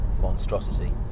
Monstrosity